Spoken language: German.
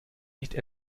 nicht